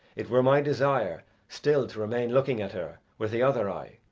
it were my desire still to remain looking at her with the other eye,